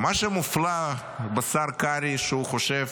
מה שמופלא בשר קרעי, שהוא חושב